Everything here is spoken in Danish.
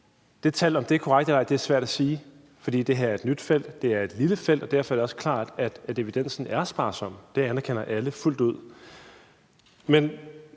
det tal er korrekt eller ej, er svært at sige, for det her er et nyt felt, det er et lille felt, og derfor er det også klart, at evidensen er sparsom. Det anerkender alle fuldt ud. Men